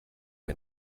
mir